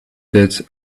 that